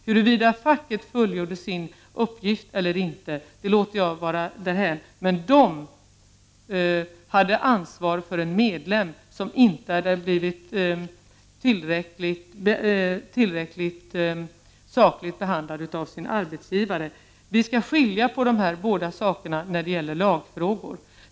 Huruvida facket fullgjorde sin uppgift eller inte lämnar jag därhän. Men facket hade ansvar för en medlem, som inte hade blivit tillräckligt sakligt behandlad av sin arbetsgivare. Vi skall skilja på de här båda sakerna när det gäller lagfrågor.